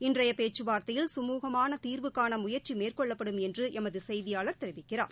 இன்றைய பேச்சுவார்த்தையில் சுமூகமான தீர்வுகான முயற்சி மேற்கொள்ளப்படும் என்று எமது செய்தியாளர் தெரிவிக்கிறார்